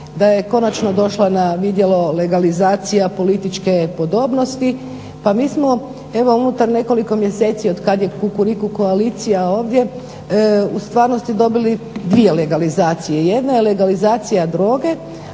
da je konačno došla na vidjelo legalizacija političke podobnosti. Pa mi smo evo unutar nekoliko mjeseci od kad je Kukuriku koalicija ovdje u stvarnosti dobili dvije legalizacije. Jedna je legalizacija droge,